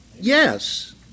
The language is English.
yes